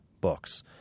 books